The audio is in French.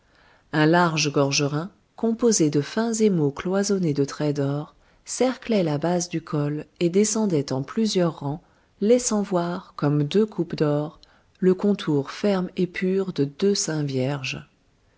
un large gorgerin composé de fins émaux cloisonnés de traits d'or cerclait la base du col et descendait en plusieurs rangs laissant voir comme deux coupes d'or le contour ferme et pur de deux seins vierges